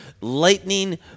lightning